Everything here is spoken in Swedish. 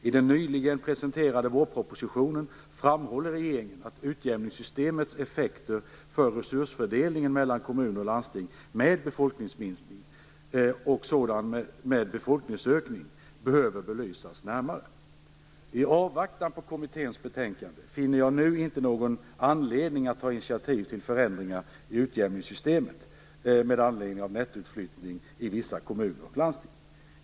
I den nyligen presenterade vårpropositionen framhåller regeringen att utjämningssystemets effekter för resursfördelningen mellan kommuner och landsting med befolkningsminskning och sådana med befolkningsökning behöver belysas närmare. I avvaktan på kommitténs betänkande finner jag nu inte någon anledning att ta initiativ till förändringar i utjämningssystemet med anledning av nettoutflyttningen i vissa kommuner och landsting.